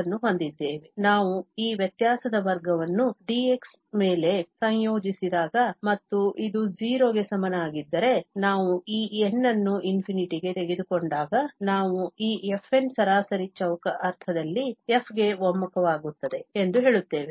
ಅನ್ನು ಹೊಂದಿದ್ದೇವೆ ನಾವು ಈ ವ್ಯತ್ಯಾಸದ ವರ್ಗವನ್ನು dx ಮೇಲೆ ಸಂಯೋಜಿಸಿದಾಗ ಮತ್ತು ಇದು 0 ಗೆ ಸಮನಾಗಿದ್ದರೆ ನಾವು ಈ n ಅನ್ನು ∞ ಗೆ ತೆಗೆದುಕೊಂಡಾಗ ನಾವು ಈ fn ಸರಾಸರಿ ಚೌಕ ಅರ್ಥದಲ್ಲಿ f ಗೆ ಒಮ್ಮುಖವಾಗುತ್ತದೆ ಎಂದು ಹೇಳುತ್ತೇವೆ